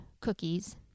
cookies